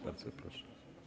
Bardzo proszę.